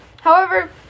However-